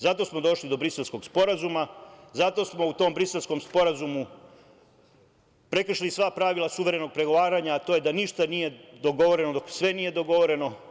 Zato smo došli do Briselskog sporazuma, zato smo u tom Briselskom sporazumu prekršili sva pravila suverenog pregovaranja, a to je da ništa nije dogovoreno dok sve nije dogovoreno.